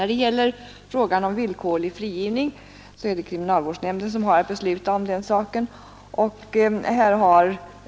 Vad beträffar frågan om villkorlig frigivning är det kriminalvårdsnämnden som har att besluta om den saken.